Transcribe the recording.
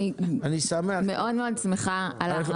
אני מאוד מאוד שמחה לבוא לכאן.